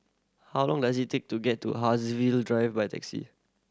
how long does it take to get to Haigsville Drive by taxi